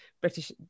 British